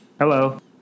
Hello